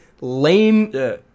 lame